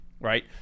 right